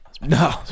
No